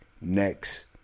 next